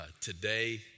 today